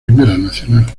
nacional